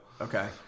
Okay